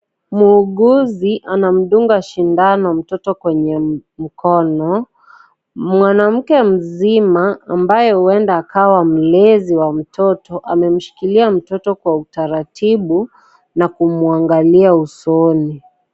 Mhuuguzi anamdunga shindano mtoto kwenye mkono. Mwanamuke mzima ambaye uenda akawa mlezi wa mtoto, amemishkilia mtoto kwa utaratibu na kumuangalia usoni.